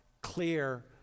clear